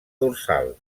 dorsal